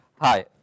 Hi